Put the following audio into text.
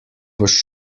boš